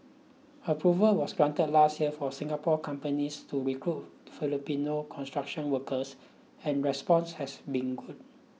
approval was granted last year for Singapore companies to recruit Filipino construction workers and response has been good